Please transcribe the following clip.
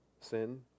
sin